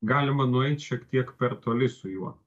galima nueit šiek tiek per toli su juo